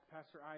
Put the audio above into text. Pastor